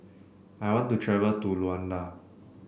I want to travel to Luanda